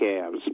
calves